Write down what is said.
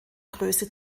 größe